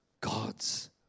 God's